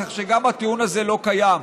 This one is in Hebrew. כך שגם הטיעון הזה לא קיים.